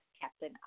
Captain